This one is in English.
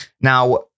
Now